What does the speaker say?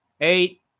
eight